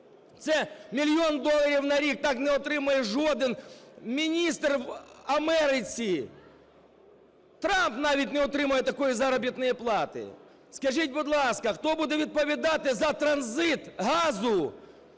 це мільйон доларів на рік. Так не отримує жоден міністр в Америці, Трамп навіть не отримує такої заробітної плати. Скажіть, будь ласка, хто буде відповідати за транзит газу,